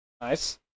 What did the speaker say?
Nice